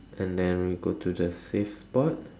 and then we go to the safe spot